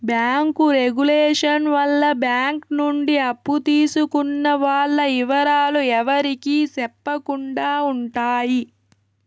bank regulation వల్ల bank నుండి అప్పు తీసుకున్న వాల్ల ఇవరాలు ఎవరికి సెప్పకుండా ఉంటాయి